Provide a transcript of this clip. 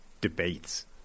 debates